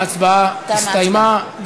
ההצבעה הסתיימה.